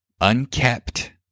Unkept